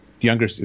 younger